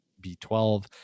B12